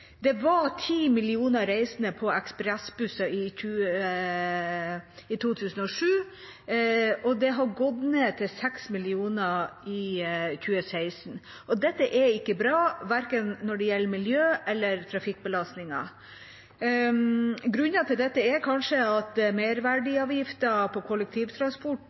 Det var ti millioner reisende med ekspressbusser i 2007, og det har gått ned til seks millioner i 2016. Det er ikke bra verken når det gjelder miljø eller trafikkbelastning. Grunner til dette er kanskje at merverdiavgiften på kollektivtransport